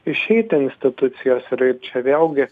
išeiti institucijos ir ir čia vėlgi